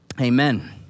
Amen